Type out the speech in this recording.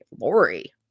Lori